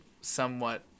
somewhat